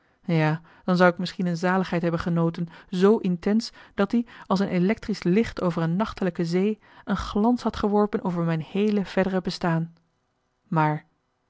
ja dan zou ik misschien een zaligheid hebben genoten z intens dat i als een electrisch licht over een nachtelijke zee een glans had geworpen over mijn heele verdere bestaan maar